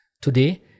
Today